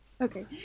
Okay